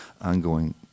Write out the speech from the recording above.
ongoing